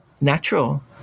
natural